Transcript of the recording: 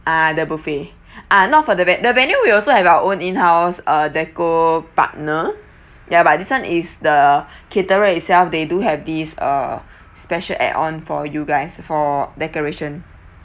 uh the buffet uh not for the vet~ the venue we also have our own in house uh deco partner ya but this [one] is the caterer itself they do have these uh special add on for you guys for decoration